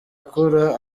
akura